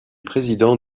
président